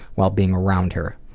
while being around her.